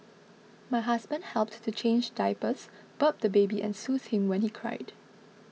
my husband helped to change diapers burp the baby and soothe him when he cried